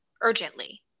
urgently